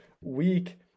week